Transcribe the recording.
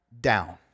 down